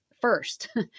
first